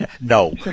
no